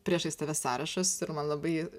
priešais tave sąrašas ir man labai